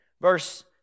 Verse